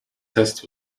test